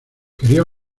quería